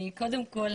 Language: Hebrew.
קודם כל,